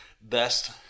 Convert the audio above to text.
best